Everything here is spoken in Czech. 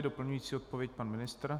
Doplňující odpověď pan ministr.